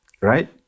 right